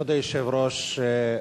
כבוד היושב-ראש,